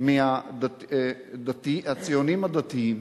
של הציונים הדתיים